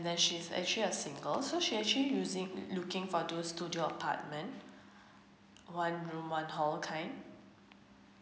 and then she's actually a single so she actually using looking for those studio apartment one room one hall kind